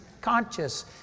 conscious